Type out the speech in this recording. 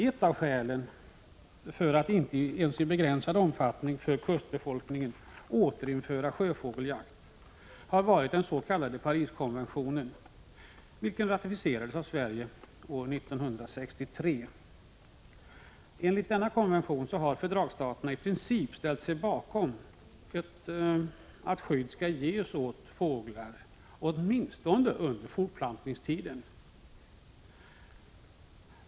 Ett av skälen till att inte ens i begränsad omfattning för kustbefolkningen återinföra rätten till sjöfågeljakt har varit dens.k. Pariskonventionen, vilken ratificerades av Sverige år 1963. Enligt denna konvention har fördragsstaterna i princip ställt sig bakom kravet att skydd skall ges åt alla fåglar, åtminstone under fortplantningstiden.